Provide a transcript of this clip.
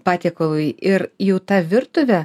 patiekalui ir jau ta virtuvė